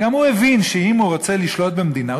גם הוא הבין שאם הוא רוצה לשלוט במדינה,